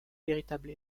véritable